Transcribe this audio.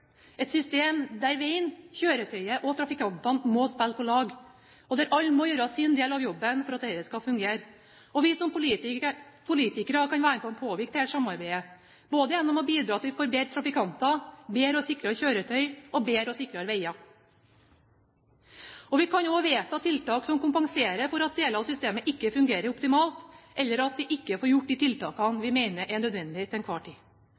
Et system der veien, kjøretøyet og trafikantene må spille på lag, og der alle må gjøre sin del av jobben for at dette skal fungere. Vi som politikere kan være med og påvirke dette samarbeidet gjennom å bidra til at vi får bedre trafikanter, bedre og sikrere kjøretøy og bedre og sikrere veier. Vi kan også vedta tiltak som kompenserer for at deler av systemet ikke fungerer optimalt, eller for at vi ikke får gjort de tiltakene vi mener er nødvendige til enhver tid.